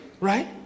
right